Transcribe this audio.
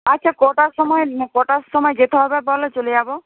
আচ্ছা কটার সময় কটার সময় যেতে হবে বল চলে যাব